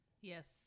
Yes